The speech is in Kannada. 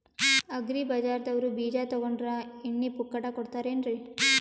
ಅಗ್ರಿ ಬಜಾರದವ್ರು ಬೀಜ ತೊಗೊಂಡ್ರ ಎಣ್ಣಿ ಪುಕ್ಕಟ ಕೋಡತಾರೆನ್ರಿ?